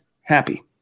happy